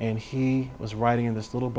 and he was writing in this little